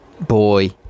boy